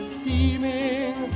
seeming